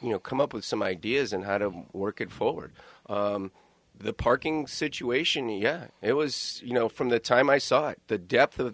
you know come up with some ideas on how to work it forward the parking situation yeah it was you know from the time i saw it the depth of